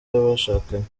y’abashakanye